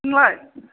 नोंलाय